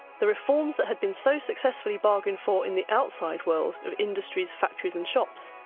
the reforms that had been so successfully bargained for in the outside world, of industries, factories and shops,